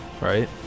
right